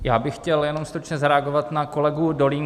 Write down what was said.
Já bych chtěl jenom stručně zareagovat na kolegu Dolínka.